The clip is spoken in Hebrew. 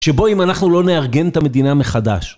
שבו אם אנחנו לא נארגן את המדינה מחדש.